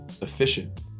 efficient